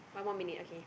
one more minute okay